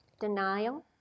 denial